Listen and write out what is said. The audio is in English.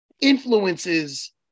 influences